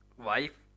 wife